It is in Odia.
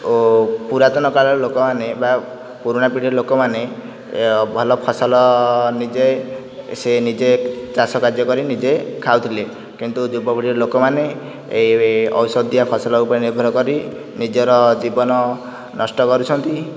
ଓ ପୁରାତନ କାଳର ଲୋକମାନେ ବା ପୁରୁଣା ପିଢ଼ିର ଲୋକମାନେ ଭଲ ଫସଲ ନିଜେ ସେ ନିଜେ ଚାଷ କାର୍ଯ୍ୟ କରି ନିଜେ ଖାଉଥିଲେ କିନ୍ତୁ ଯୁବପିଢ଼ିର ଲୋକମାନେ ଔଷଧୀୟ ଫସଲ ଉପରେ ନିର୍ଭର କରି ନିଜର ଜୀବନ ନଷ୍ଟ କରୁଛନ୍ତି